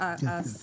יש?